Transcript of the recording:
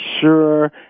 sure